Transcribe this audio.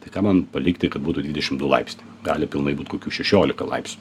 tai kam man palikti kad būtų dvidešimt du laipsniai gali pilnai būt kokių šešiolika laipsnių